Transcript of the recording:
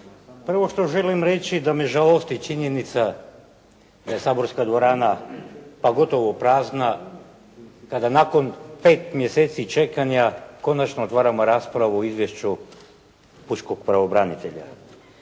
Prvo što želim reći da me žalosti činjenica da je saborska dvorana pa gotovo prazna, kada nakon 5 mjeseci čekanja konačno otvaramo raspravu o izvješću pučkog pravobranitelja.